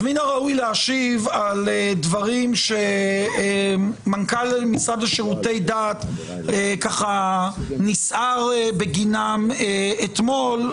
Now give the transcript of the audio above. מן הראוי להשיב על דברים שמנכ"ל המשרד לשירותי דת נסער בגינם אתמול.